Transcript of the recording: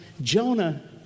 Jonah